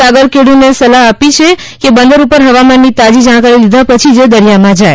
સાગરખેડુને સલાહ છે કે બંદર ઉપર હવામાનની તાજી જાણકારી લીધા પછી દરિયામાં જાય